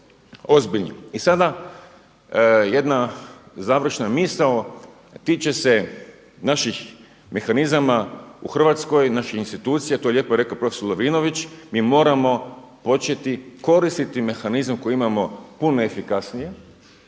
I sada jedna završna misao, a tiče se naših mehanizama u Hrvatskoj, naših institucija, to je lijepo rekao profesor Lovrinović, mi moramo početi koristiti mehanizme koje imamo puno efikasnije,